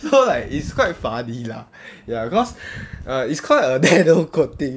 so like it's quite funny lah ya cause it's called a nano coating